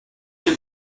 can